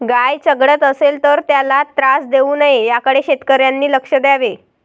गाय चघळत असेल तर त्याला त्रास देऊ नये याकडे शेतकऱ्यांनी लक्ष द्यावे